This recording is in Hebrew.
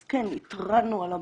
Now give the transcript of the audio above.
אז כן, התרענו על הבעיה.